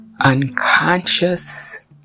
unconscious